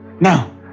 now